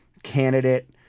candidate